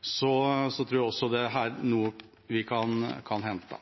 Så også her tror jeg det er noe vi kan hente.